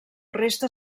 resta